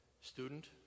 student